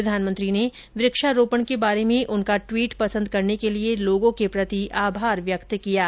प्रधानमंत्री ने वक्षारोपण के बारे में उनका ट्वीट पसंद करने के लिए लोगों के प्रति आभार व्यक्त किया है